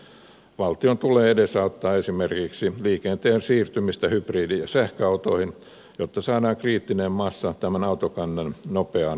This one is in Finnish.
valtion tulee edesauttaa esimerkiksi liikenteen siirtymistä hybridi ja sähköautoihin jotta saadaan kriittinen massa tämän autokannan nopeaan kasvattamiseen